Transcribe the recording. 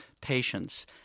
patients